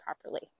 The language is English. properly